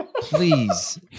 please